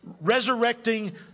resurrecting